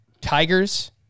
Tigers